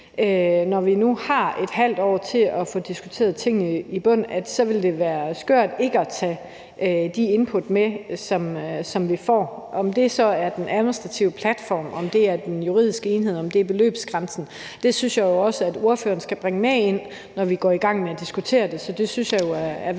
når vi nu har et halvt år til at få diskuteret tingene i bund, så ville det være skørt ikke at tage de input med, som vi får. Om det så er den administrative platform, om det er den juridiske enhed, eller om det er beløbsgrænsen, synes jeg jo også at ordføreren skal bringe med ind, når vi går i gang med at diskutere det. Det synes jeg er væsentligt